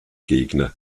gegner